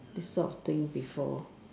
this sort of thing before